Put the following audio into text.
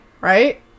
right